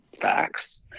facts